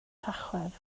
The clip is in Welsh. tachwedd